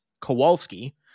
Kowalski